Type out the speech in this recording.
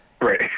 right